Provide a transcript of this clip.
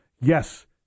Yes